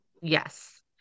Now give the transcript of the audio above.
yes